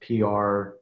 PR